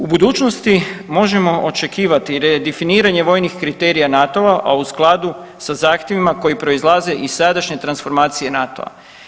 U budućnosti možemo očekivati redefiniranje vojnih kriterija NATO-a, a u skladu sa zahtjevima koji proizlaze iz sadašnje transformacije NATO-a.